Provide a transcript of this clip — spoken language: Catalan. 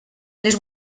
les